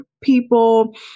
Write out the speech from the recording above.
people